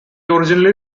originally